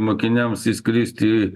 mokiniams įskristi